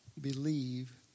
believe